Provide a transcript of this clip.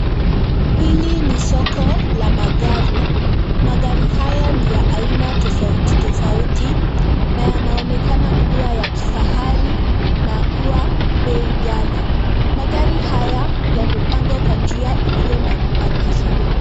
Hili ni soko la magari. Magari haya ni ya aina tofauti tofauti na yanaonekana kuwa ya kifahari na kuwa bei ghali. Magari haya yamepangwa kwa njia ulio na mpangilio.